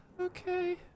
Okay